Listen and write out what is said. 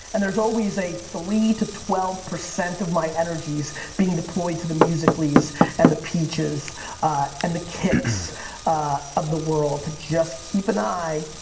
and there's always a three to twelve percent of my energies being deployed to the musically's and the peaches and the kiks of the world to just keep an eye.